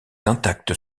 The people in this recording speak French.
intactes